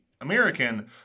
American